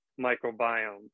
microbiome